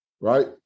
Right